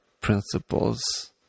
principles